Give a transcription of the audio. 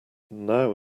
now